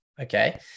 Okay